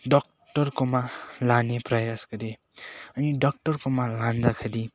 डक्टरकोमा लाने प्रयास गरेँ अनि डक्टरकोमा लाँदाखेरि